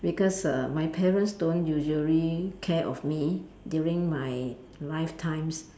because err my parents don't usually care of me during my lifetimes